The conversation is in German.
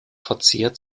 verzehrt